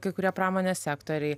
kai kurie pramonės sektoriai